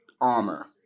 armor